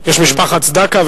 יש משפחת צדקה,